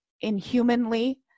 inhumanly